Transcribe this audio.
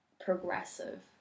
progressive